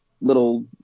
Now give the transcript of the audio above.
little